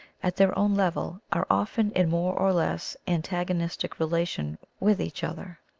at their own level, are often in more or less antagonistic relation with each other.